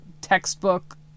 textbook